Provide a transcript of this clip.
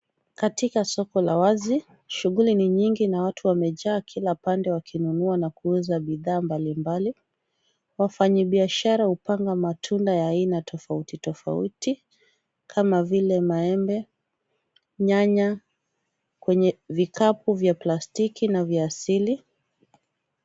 Katika soko la wazi, shughuli ni nyingi na watu wamejaa kila pande wakinunua na kuuza bidhaa mbalimbali. Wafanyibiashara hupanga matunda ya aina tofauti tofauti kama vile maembe, nyanya kwenye vikapu vya plastiki na vya asili.